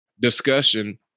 discussion